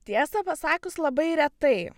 tiesą pasakius labai retai